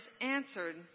answered